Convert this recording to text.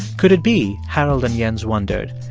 could it be, harold and jens wondered,